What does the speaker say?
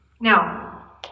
Now